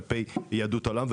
כלפי יהדות העולם,